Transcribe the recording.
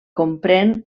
comprèn